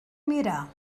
mirar